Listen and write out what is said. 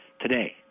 today